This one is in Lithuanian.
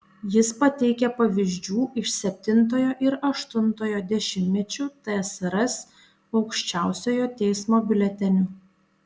jis pateikia pavyzdžių iš septintojo ir aštuntojo dešimtmečių tsrs aukščiausiojo teismo biuletenių